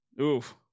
Oof